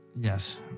Yes